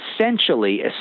essentially